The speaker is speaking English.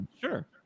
sure